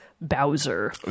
Bowser